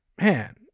man